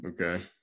Okay